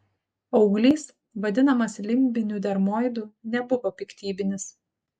auglys vadinamas limbiniu dermoidu nebuvo piktybinis